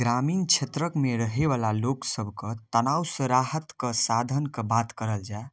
ग्रामीण क्षेत्रक मे रहै बला लोक सबके तनाब सऽ राहतके साधनके बात करल जाय